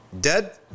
dead